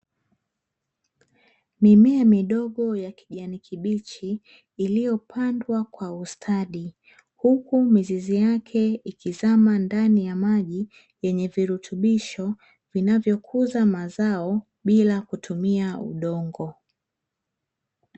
Mimea midogo ya kijani kibichi iliyopandwa kwa ustadi huku mizizi yake ikizama ndani ya maji yenye virutubisho vinayokuza mazao bila kutumia udongo.